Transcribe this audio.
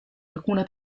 alcuna